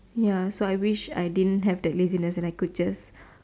ya so I wish I didn't have that laziness and I could just